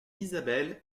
isabelle